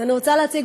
נדון על הצעת